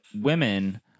women